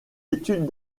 études